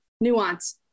nuance